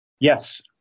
Yes